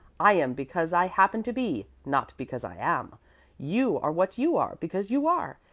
i am because i happen to be, not because i am you are what you are because you are,